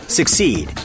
succeed